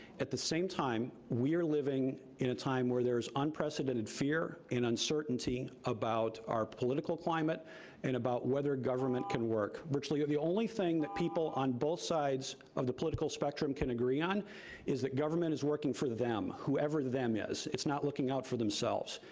at the same time, we are living in a time where there is unprecedented fear and uncertainty about our political climate and about whether government can work. virtually the only thing that people on both sides of the political spectrum can agree on is that government is working for them, whoever them is. it's not looking out for themselves.